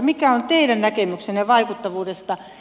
mikä on teidän näkemyksenne vaikuttavuudesta